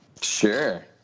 Sure